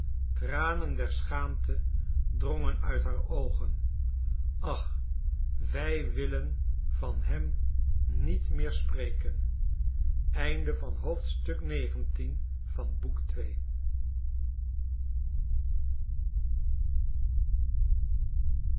tranen der schaamte drongen uit haar oogen ach wij willen van hem niet meer spreken